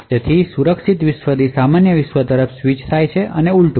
તેથી સુરક્ષિત વિશ્વથી સામાન્ય વિશ્વ તરફ સ્વિચ થાય છે અને ઉલટું